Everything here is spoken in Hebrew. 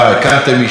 הכרת מישהי,